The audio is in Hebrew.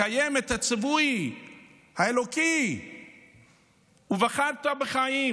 לקיים את הציווי האלוקי "ובחרת בחיים"